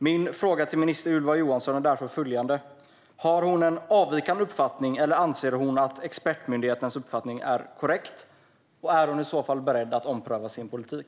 Min fråga till minister Ylva Johansson är därför följande: Har Ylva Johansson en avvikande uppfattning, eller anser hon att expertmyndigheternas uppfattning är korrekt? Och är hon i så fall beredd att ompröva sin politik?